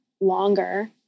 longer